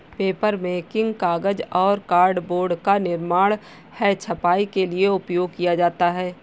papermaking कागज और cardboard का निर्माण है छपाई के लिए उपयोग किया जाता है